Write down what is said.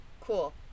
cool